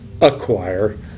acquire